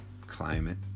climate